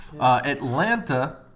Atlanta